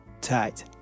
Tight